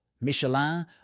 Michelin